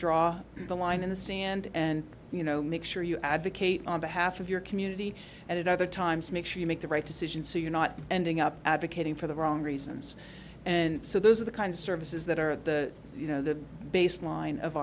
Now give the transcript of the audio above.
draw the line in the sand and you know make sure you advocate half of your community at other times make sure you make the right decision so you're not ending up advocating for the wrong reasons and so those are the kinds of services that are the you know the baseline of